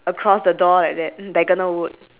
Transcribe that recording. ya so that means it's open for sale or just